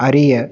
அறிய